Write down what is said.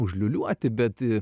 užliūliuoti bet